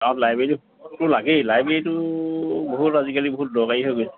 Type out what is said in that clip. অ লাইব্ৰেৰীটো লাগেই লাইব্ৰেৰীটো বহুত আজিকালি বহুত দৰকাৰী হৈ গৈছে